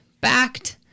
backed